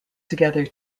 together